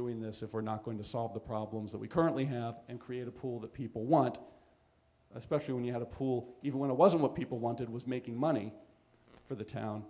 doing this if we're not going to solve the problems that we currently have and create a pool that people want especially when you had a pool even when it wasn't what people wanted was making money for the town